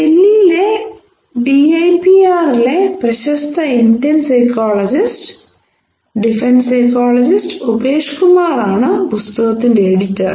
ദില്ലിയിലെ ഡിഐപിആറിലെ പ്രശസ്ത Indian psychologist defence psychologist Upesh കുമാറാണ് പുസ്തകത്തിന്റെ എഡിറ്റർ